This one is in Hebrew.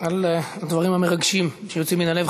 על הדברים המרגשים שיוצאים מן הלב,